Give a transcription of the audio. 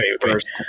first